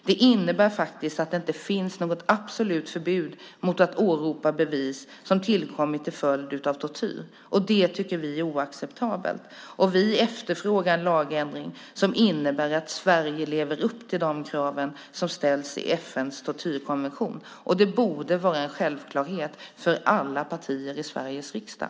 Det innebär att det inte finns något absolut förbud mot att åberopa bevis som tillkommit till följd av tortyr, och det tycker vi är oacceptabelt. Vi efterfrågar en lagändring som innebär att Sverige lever upp till de krav som ställs i FN:s tortyrkonvention. Det borde vara en självklarhet för alla partier i Sveriges riksdag.